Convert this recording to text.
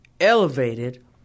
elevated